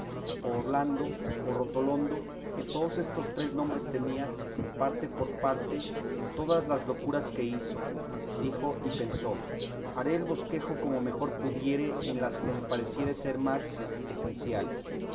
pienso imitar a roldán o orlando o rotolando que todos estos tres nombres tenía parte por parte en todas las locuras que hizo dijo y pensó haré el bosquejo como mejor pudiere en las que me pareciere ser más esenciales